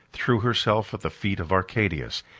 threw herself at the feet of arcadius,